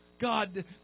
God